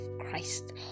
Christ